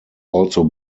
also